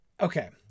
Okay